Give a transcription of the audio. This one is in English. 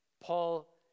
Paul